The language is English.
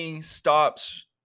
stops